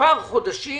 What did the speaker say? למספר חודשים